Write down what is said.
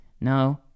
no